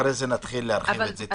אחרי זה נתחיל להרחיב את זה טיפין טיפין.